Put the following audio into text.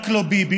רק לא ביבי.